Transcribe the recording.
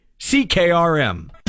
CKRM